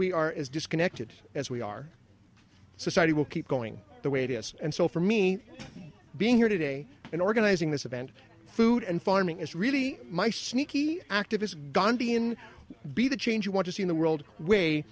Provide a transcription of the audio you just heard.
we are is disconnected as we are society will keep going the way to us and so for me being here today and organizing this event food and farming is really my sneaky activists gandhian be the change you want to see in the world way